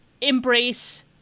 embrace